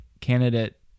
candidate